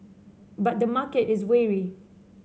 but the market is wary